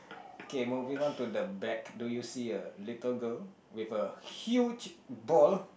okay moving on to the back do you see a little girl with a huge ball